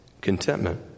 Contentment